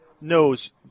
knows